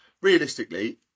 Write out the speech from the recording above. realistically